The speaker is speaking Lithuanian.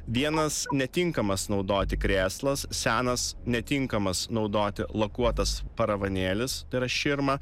vienas netinkamas naudoti krėslas senas netinkamas naudoti lakuotas paravanėlis tai yra širma